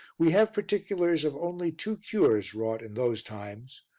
we have particulars of only two cures wrought in those times,